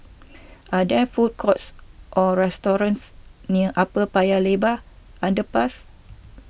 are there food courts or restaurants near Upper Paya Lebar Underpass